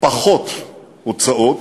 פחות הוצאות,